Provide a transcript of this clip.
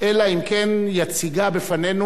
כי הונחה היום על שולחן הכנסת, לקריאה שנייה